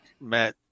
Matt